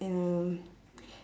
um